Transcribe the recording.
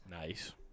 nice